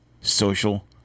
social